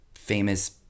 famous